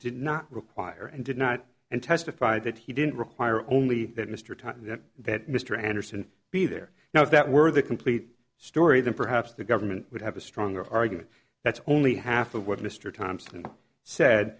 did not require and did not and testified that he didn't require only that mr tutt that mr anderson be there now if that were the complete story then perhaps the government would have a stronger argument that's only half of what mr thompson said